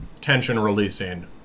tension-releasing